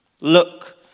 Look